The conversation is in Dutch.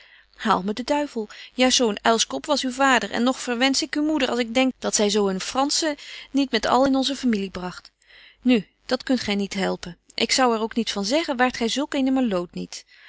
haal me de duivel juist zo een uilskop was uw vader en nog verwensch ik uw moeder als ik denk dat zy zo een franschen niet met al in onze familie bragt nu dat kunt gy niet helpen ik zou er ook niet van zeggen waart gy zulk eene malloot niet